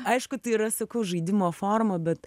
aišku tai yra sakau žaidimo forma bet